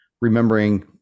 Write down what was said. remembering